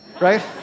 right